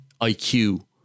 IQ